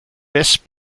west